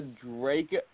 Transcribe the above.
Drake